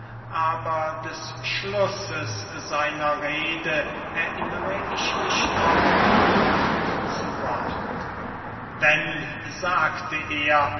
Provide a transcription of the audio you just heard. aber des schlusses seiner rede erinnere ich mich noch von wort zu wort wenn sagte er